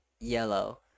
Yellow